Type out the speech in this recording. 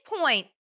point